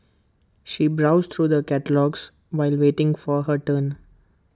she browsed through the catalogues while waiting for her turn